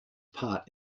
part